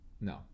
No